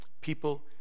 People